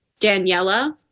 daniela